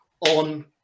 on